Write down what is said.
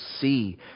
see